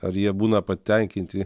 ar jie būna patenkinti